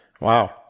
Wow